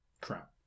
crap